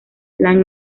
land